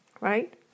right